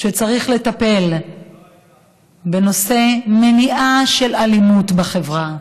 שצריך לטפל בנושא המניעה של אלימות בחברה.